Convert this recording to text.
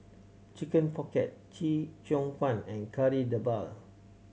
Chicken Pocket Chee Cheong Fun and Kari Debal